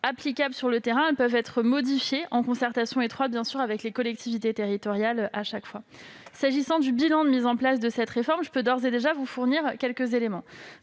sur le terrain, elles peuvent être modifiées, en concertation étroite avec les collectivités territoriales. S'agissant du bilan de mise en place de cette réforme, je peux, d'ores et déjà, vous fournir quelques éléments.